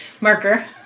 marker